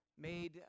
made